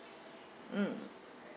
mm